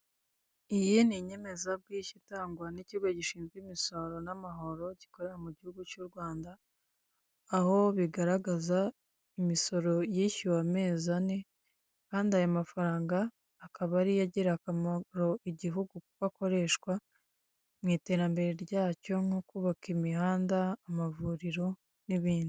Iyi ni inyemezabwishyu itangwa n'ikigo gishinzwe imisoro n'amahoro gikorera mu gihugu cy'u Rwanda, aho bigaragaza imisoro yishyuwe amezi ane kandi aya mafaranga akaba ariyo agirira akamaro igihugu kuko akoreshwa mu iterambere ryacyo nko kubaka imihanda, amavuriro n'ibindi.